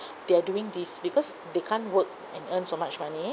they are doing this because they can't work and earn so much money